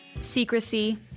secrecy